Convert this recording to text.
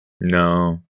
No